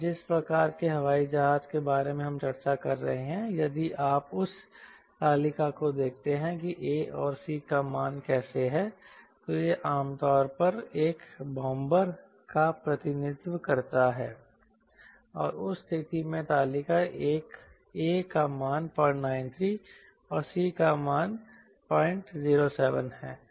और जिस प्रकार के हवाई जहाज के बारे में हम चर्चा कर रहे हैं यदि आप उस तालिका को देखते हैं कि A और C का मान कैसे है तो यह आमतौर पर एक बॉम्बर का प्रतिनिधित्व करता है और उस स्थिति में तालिका में A का मान 093 और C का मान माइनस 007 है